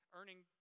earning